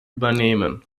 übernehmen